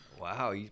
Wow